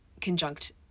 conjunct